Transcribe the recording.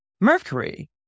Mercury